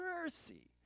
mercy